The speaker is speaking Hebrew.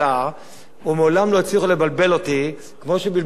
לא הצליחו לבלבל אותי כמו שבלבלו אותי בשבועיים האחרונים.